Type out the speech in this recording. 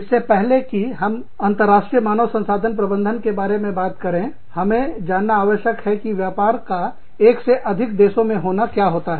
इससे पहले कि हम अंतर्राष्ट्रीय मानव संसाधन प्रबंधन के बारे में बात करें हमें जानना आवश्यक है कि व्यापार का एक से अधिक देशों में होना क्या होता है